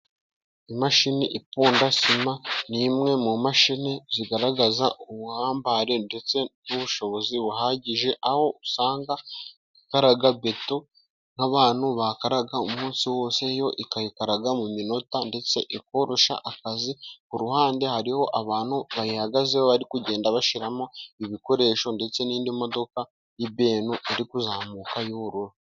Imashini iponda sima， ni imwe mu mashini zigaragaza ubuhambare， ndetse n'ubushobozi buhagije， aho usanga ikaraga beto，nk'abantu bakaraga umunsi wose yo ikayikaraga mu minota，ndetse ikoroshya akazi. Ku ruhande hariho abantu bayihagazeho， bari kugenda bashyiramo ibikoresho， ndetse n'indi modoka y'ibenu， iri kuzamuka y'ubururu.